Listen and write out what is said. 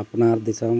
ᱟᱯᱱᱟᱨ ᱫᱤᱥᱚᱢ